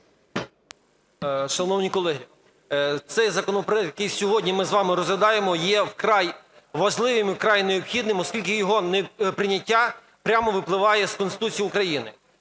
Шановні колеги, цей законопроект, який сьогодні ми з вами розглядаємо, є вкрай важливим і вкрай необхідним, оскільки його прийняття прямо випливає з Конституції України.